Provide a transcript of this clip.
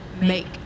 make